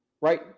Right